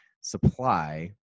supply